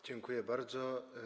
Dziękuję bardzo.